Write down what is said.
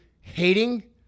hating